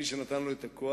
מי שנתן לו את הכוח,